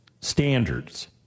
standards